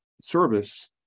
service